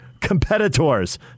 competitors